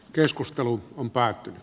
keskustelu on päättynyt